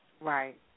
Right